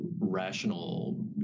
rational